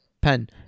Pen